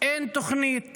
אין תוכנית